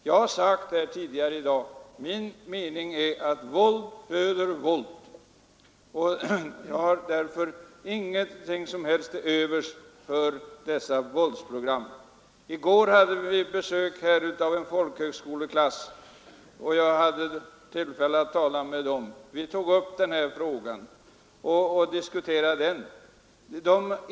Jag har sagt tidigare i dag att min mening är att våld föder våld, och jag har alltså ingenting som helst till övers för dessa våldsprogram. I går hade vi besök här av en folkhögskoleklass, och jag hade tillfälle att tala med eleverna. Vi tog upp den här frågan till diskussion.